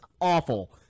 awful